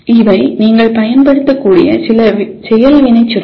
இவை நீங்கள் பயன்படுத்தக்கூடிய சில செயல் வினைச்சொற்கள்